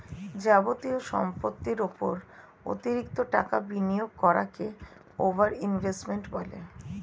যাবতীয় সম্পত্তির উপর অতিরিক্ত টাকা বিনিয়োগ করাকে ওভার ইনভেস্টিং বলে